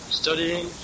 studying